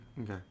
Okay